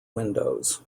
windows